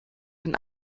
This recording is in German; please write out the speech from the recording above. den